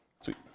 Sweet